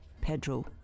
Pedro